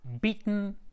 beaten